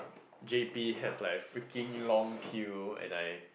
JP has like freaking long queue and I